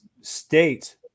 state